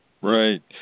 Right